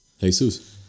Jesus